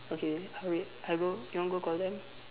okay uh wait I will you want go call them